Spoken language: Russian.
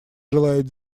желает